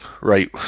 right